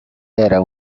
era